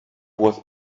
was